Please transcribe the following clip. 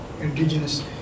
Indigenous